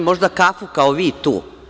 Možda kafu, kao vi tu?